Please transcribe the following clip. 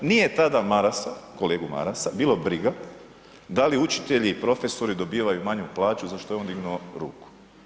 Nije tada Marasa, kolegu Marasa bilo briga da li učitelji i profesori dobivaju manju plaću za što je on dignuo ruku.